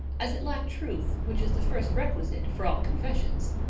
as it lacked truth, which is the first requisite for all confessions.